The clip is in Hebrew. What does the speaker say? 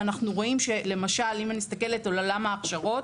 ואנחנו רואים למשל אם אני מסתכלת על עולם ההכשרות,